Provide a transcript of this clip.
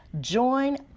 join